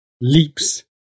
leaps